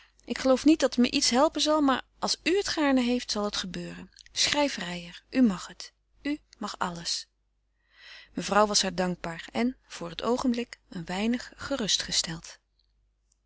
ik geloof niet dat het me iets helpen zal maar als u het gaarne heeft zal het gebeuren schrijf reijer u mag het u mag alles mevrouw was haar dankbaar en voor het oogenblik een weinig